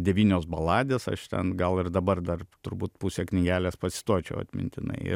devynios baladės aš ten gal ir dabar dar turbūt pusę knygelės pacituočiau atmintinai